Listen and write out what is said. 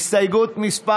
הסתייגות מס'